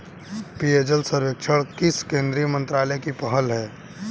पेयजल सर्वेक्षण किस केंद्रीय मंत्रालय की पहल है?